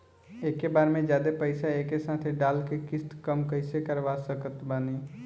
एके बार मे जादे पईसा एके साथे डाल के किश्त कम कैसे करवा सकत बानी?